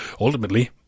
Ultimately